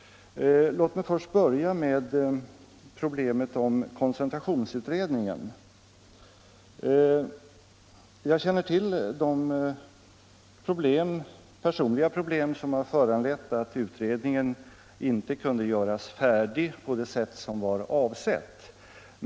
Låt mig börja med koncentrationsutredningen. Jag känner till de personliga förhållanden som har föranlett att utredningen inte kunde göras färdig på det sätt som var avsett.